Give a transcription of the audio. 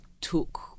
took